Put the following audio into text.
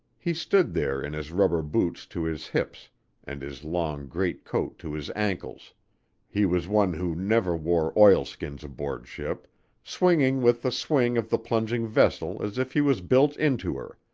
he stood there in his rubber boots to his hips and his long greatcoat to his ankles he was one who never wore oilskins aboard ship swinging with the swing of the plunging vessel as if he was built into her,